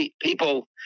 people